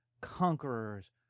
conquerors